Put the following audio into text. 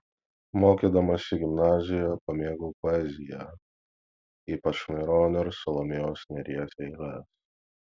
mokydamasi gimnazijoje pamėgau poeziją ypač maironio ir salomėjos nėries eiles